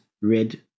red